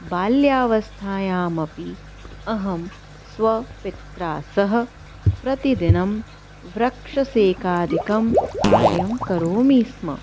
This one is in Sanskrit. बाल्यावस्थायामपि अहं स्वपित्रा सह प्रतिदिनं वृक्षसेकादिकं कार्यं करोमि स्म